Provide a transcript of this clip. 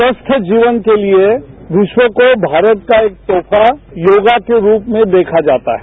स्वस्थ जीवन के लिए विश्व को भारत का एक तोहफा योगा के रूप में देखा जाता है